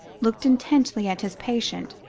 looked intently at his patient,